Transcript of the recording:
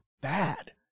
bad